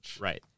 Right